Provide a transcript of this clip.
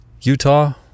Utah